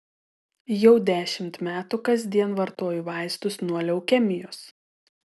jau dešimt metų kasdien vartoju vaistus nuo leukemijos